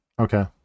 Okay